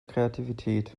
kreativität